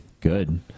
Good